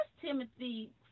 Timothy